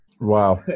Wow